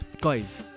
guys